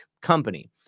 company